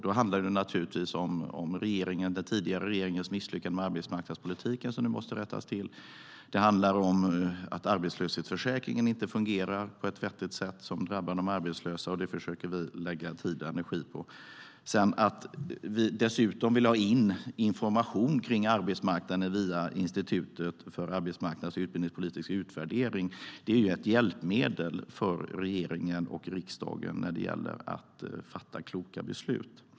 Det handlar naturligtvis om den tidigare regeringens misslyckande med arbetsmarknadspolitiken, som nu måste rättas till. Det handlar om att arbetslöshetsförsäkringen inte fungerar på ett vettigt sätt, vilket drabbar de arbetslösa. Det försöker vi lägga tid och energi på. Vi vill dessutom ha in information om arbetsmarknaden via Institutet för arbetsmarknads och utrikespolitisk utvärdering. Det är ett hjälpmedel för regeringen och riksdagen när det gäller att fatta kloka beslut.